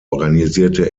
organisierte